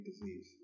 disease